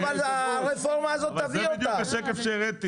אבל הרפורמה הזאת תביא אותם.